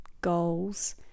goals